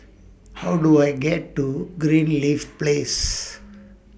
How Do I get to Greenleaf Place